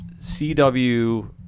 CW